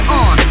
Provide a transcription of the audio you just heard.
on